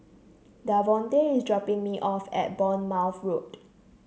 Davonte is dropping me off at Bournemouth Road